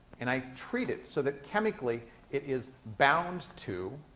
and i treat it so that chemically it is bound to,